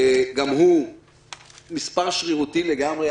גם הוא מספר שרירותי לגמרי,